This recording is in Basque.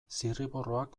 zirriborroak